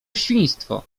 świństwo